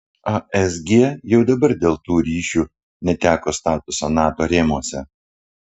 asg jau dabar dėl tų ryšių neteko statuso nato rėmuose